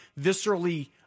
viscerally